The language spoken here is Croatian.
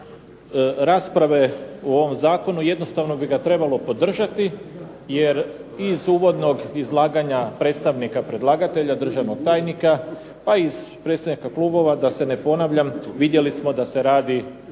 uvodnog izlaganja predstavnika predlagatelja državnog tajnika, pa i predstavnika klubova da se ne ponavljam vidjeli smo da se radi